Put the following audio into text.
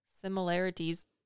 similarities